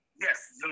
yes